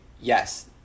yes